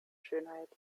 schönheit